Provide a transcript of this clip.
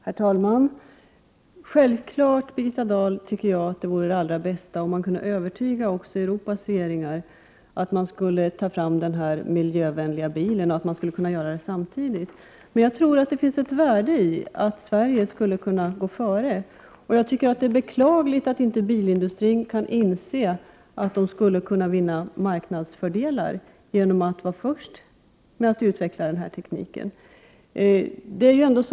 Herr talman! Självklart, Birgitta Dahl, tycker jag att det vore det allra bästa om man kunde övertyga också Europas regeringar om att ta fram den miljövänliga bilen och att man skulle kunna göra det samtidigt. Men jag tror att det finns ett värde i att Sverige går före. Jag tycker att det är beklagligt att inte bilindustrin kan inse att de skulle kunna vinna marknadsfördelar genom att vara först med att utveckla denna teknik.